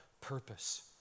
purpose